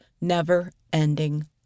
never-ending